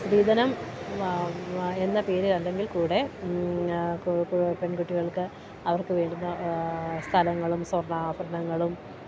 സ്ത്രീധനം എന്ന പേരിലല്ലെങ്കിൽക്കൂടെ പെൺകുട്ടികൾക്ക് അവർക്ക് വേണ്ടുന്ന സ്ഥലങ്ങളും സ്വർണ്ണാഭരണങ്ങളും